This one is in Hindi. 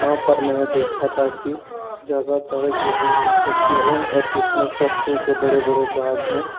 वहाँ पर मैंने देखा था कि ज़्यादातर गेहूँ की खेती है और जिसमें सरसों के बड़े बड़े भाग हैं